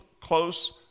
close